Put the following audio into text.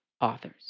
authors